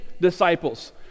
disciples